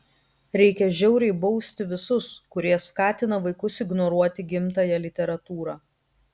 reikia žiauriai bausti visus kurie skatina vaikus ignoruoti gimtąją literatūrą